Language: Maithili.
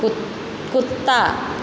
कुत्ता